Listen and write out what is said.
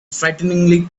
frighteningly